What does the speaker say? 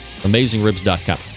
AmazingRibs.com